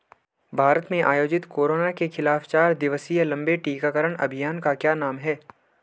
भारत में आयोजित कोरोना के खिलाफ चार दिवसीय लंबे टीकाकरण अभियान का क्या नाम है?